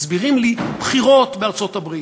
מסבירים לי, בחירות בארצות-הברית,